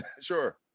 Sure